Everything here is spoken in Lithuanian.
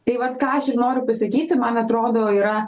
tai vat ką aš ir noriu pasakyti man atrodo yra